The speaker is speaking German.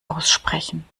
aussprechen